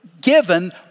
given